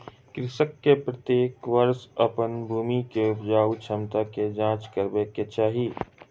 कृषक के प्रत्येक वर्ष अपन भूमि के उपजाऊ क्षमता के जांच करेबाक चाही